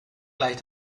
gleich